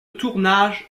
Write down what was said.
tournage